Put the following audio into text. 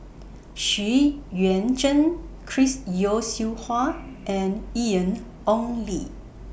Xu Yuan Zhen Chris Yeo Siew Hua and Ian Ong Li